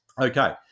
Okay